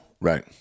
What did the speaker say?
Right